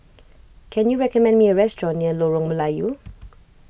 can you recommend me a restaurant near Lorong Melayu